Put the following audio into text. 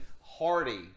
Hardy